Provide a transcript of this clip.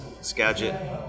Skagit